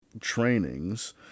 trainings